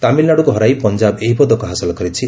ତାମିଲନାଡୁକୁ ହରାଇ ପଞ୍ଜାବ ଏହି ପଦକ ହାସଲ କରିଛି